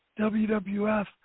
WWF